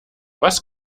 was